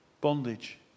bondage